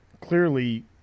clearly